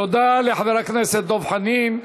תודה לחבר הכנסת דב חנין.